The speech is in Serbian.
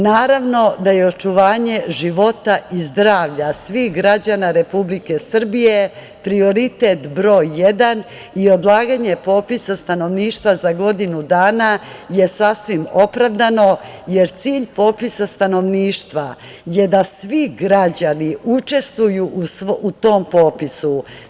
Naravno da je očuvanje života i zdravlja svih građana Republike Srbije prioritet broj jedan i odlaganje popisa stanovništva za godinu da je sasvim opravdano jer cilj popisa stanovništva je da svi građani učestvuju u tom popisu.